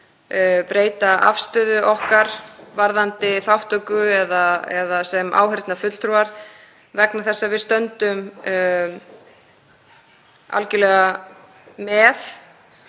breyta afstöðu okkar varðandi þátttöku eða sem áheyrnarfulltrúar vegna þess að við stöndum algerlega með